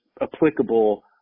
applicable